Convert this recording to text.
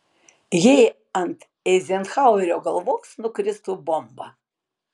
jei ant eizenhauerio galvos nukristų bomba